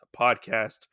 podcast